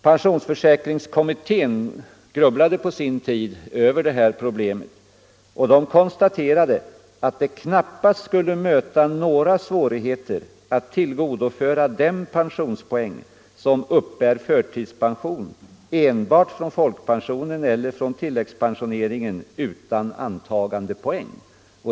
Pensionsförsäkringskommittén grubblade på sin tid över detta problem och konstaterade att det knappast skulle möta några svårigheter att införa ett system med pensionspoäng för dem som uppbär förtidspension enbart från folkpensioneringen eller från tilläggspensioneringen utan antagandepoäng.